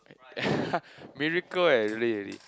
yeah miracle eh really really